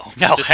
no